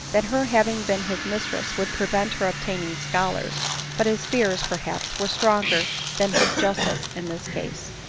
that her having been his mistress would prevent her obtaining scholars but his fears, perhaps, were stronger than his justice in this case.